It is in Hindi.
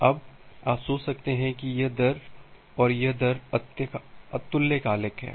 अब आप सोच सकते हैं कि यह दर और यह दर अतुल्यकालिक है